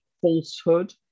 falsehood